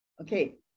Okay